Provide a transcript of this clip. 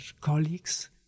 colleagues